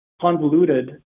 convoluted